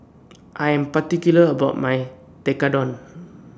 I Am particular about My Tekkadon